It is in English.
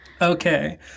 Okay